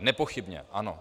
Nepochybně ano.